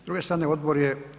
S druge strane odbor je.